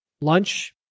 lunch